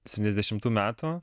septyniasdešimtų metų